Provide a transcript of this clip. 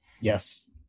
Yes